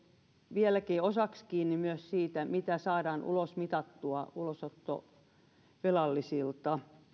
vieläkin osaksi kiinni myös siitä mitä saadaan ulosmitattua ulosottovelallisilta